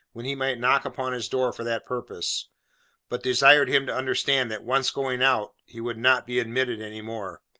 when he might knock upon his door for that purpose but desired him to understand, that once going out, he would not be admitted any more.